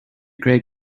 great